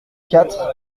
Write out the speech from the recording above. quatre